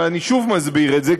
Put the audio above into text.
אבל אני שוב מסביר את זה,